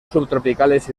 subtropicales